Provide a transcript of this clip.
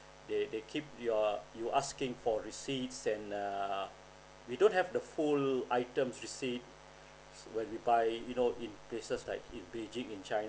they they keep your you asking for receipts then err we don't have the full items receipt when you buy you know in places like in beijing in china